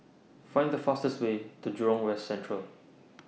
Find The fastest Way to Jurong West Central